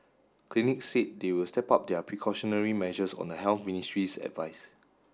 clinics said they will step up their precautionary measures on the Health Ministry's advice